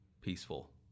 peaceful